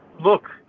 Look